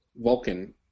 Vulcan